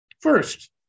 First